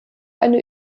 eine